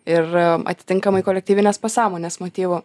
ir atitinkamai kolektyvinės pasąmonės motyvų